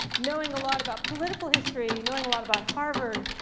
knowing a lot about political history, knowing a lot about harvard,